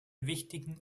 wichtigen